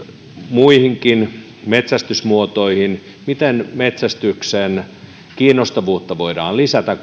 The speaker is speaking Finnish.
muihinkin metsästysmuotoihin miten metsästyksen kiinnostavuutta voidaan lisätä